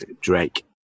Drake